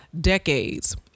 decades